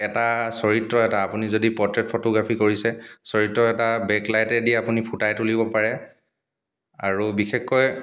এটা চৰিত্ৰ এটা আপুনি যদি পৰ্ট্ৰেইট ফটোগ্ৰাফী কৰিছে চৰিত্ৰ এটা বেকলাইটেদি আপুনি ফুটাই তুলিব পাৰে আৰু বিশেষকৈ